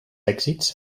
èxits